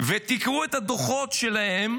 ותקראו את הדוחות שלהם